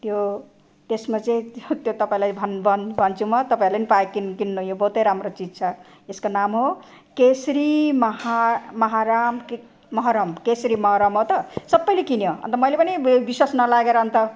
त्यो त्यसमा चाहिँ त्यो तपाईँलाई भन् भन् भन्छु म तपाईँहरूले पनि पाए किन किन्नु यो बहुतै राम्रो चिज छ यसको नाम हो केशरी माहा माहाराम के महरम केशरी महरम हो त सबैले किन्यो अन्त मैले पनि वि विश्वास नलागेर अन्त